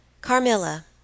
Carmilla